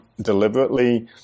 deliberately